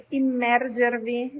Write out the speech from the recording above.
immergervi